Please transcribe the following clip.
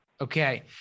okay